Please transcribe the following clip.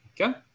Okay